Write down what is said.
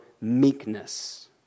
meekness